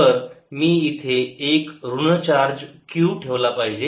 तर मी इथे एक ऋण चार्ज q ठेवला पाहिजे